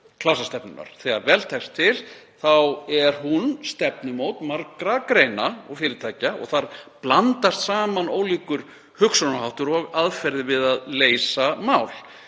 klasastefnunnar. Þegar vel tekst til er hún stefnumót margra greina og fyrirtækja og þar blandast saman ólíkur hugsunarháttur og aðferðir við að leysa mál.